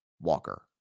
Walker